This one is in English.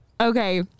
okay